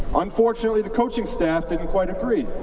unfortunately, the coaching staff didn't quite agree.